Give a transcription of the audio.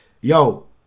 yo